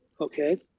okay